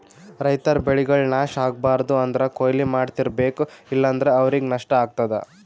ರೈತರ್ ಬೆಳೆಗಳ್ ನಾಶ್ ಆಗ್ಬಾರ್ದು ಅಂದ್ರ ಕೊಯ್ಲಿ ಮಾಡ್ತಿರ್ಬೇಕು ಇಲ್ಲಂದ್ರ ಅವ್ರಿಗ್ ನಷ್ಟ ಆಗ್ತದಾ